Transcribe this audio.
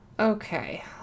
Okay